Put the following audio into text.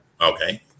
okay